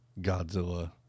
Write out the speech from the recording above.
Godzilla